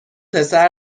پسر